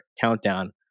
countdown